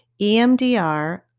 EMDR